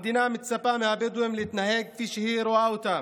המדינה מצפה מהבדואים להתנהג כפי שהיא רואה אותם: